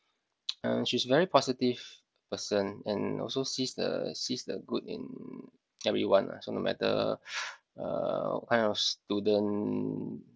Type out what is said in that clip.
uh she's very positive person and also sees the sees the good in everyone lah so no matter uh what kind of student